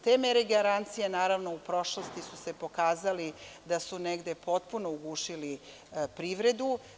Te mere i garancije, naravno u prošlosti su se pokazali da su negde potpuno ugušili privredu.